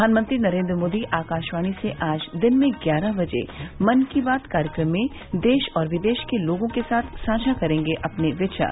प्रधानमंत्री नरेन्द्र मोदी आकाशवाणी से आज दिन में ग्यारह बजे मन की बात कार्यक्रम में देश और विदेश के लोगों के साथ साझा करेंगे अपने विचार